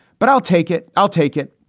but i'll take it. i'll take it.